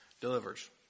delivers